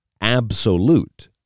absolute